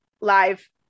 live